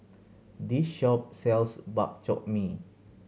this shop sells Bak Chor Mee